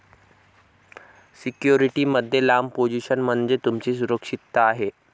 security मध्ये लांब position म्हणजे तुमची सुरक्षितता आहे